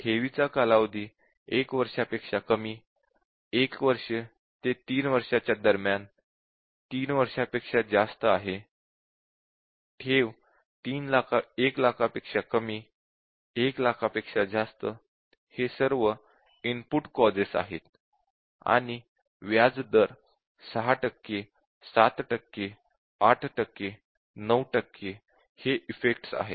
ठेवीचा कालावधी 1 वर्षापेक्षा कमी 1 वर्ष ते 3 वर्षांच्या दरम्यान 3 वर्षापेक्षा जास्त आहे ठेव 1 लाखांपेक्षा कमी 1 लाखापेक्षा जास्त हे सर्व इनपुट कॉजेस आहेत आणि व्याज दर 6 टक्के 7 टक्के 8 टक्के 9 टक्के हे इफेक्टस आहेत